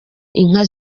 inka